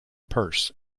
purse